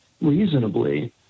reasonably